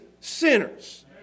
sinners